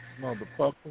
Motherfucker